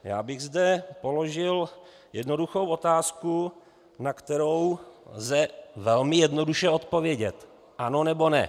Já bych zde položil jednoduchou otázku, na kterou lze velmi jednoduše odpovědět: Ano, nebo ne.